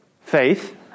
Faith